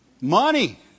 Money